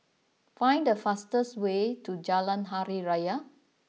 find the fastest way to Jalan Hari Raya